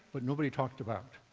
but nobody talked about